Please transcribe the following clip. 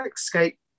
escape